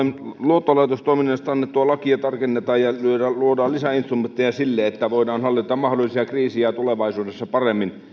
luottolaitostoiminnasta annettua lakia tarkennetaan ja luodaan lisäinstrumentteja sille että voidaan hallita mahdollisia kriisejä tulevaisuudessa paremmin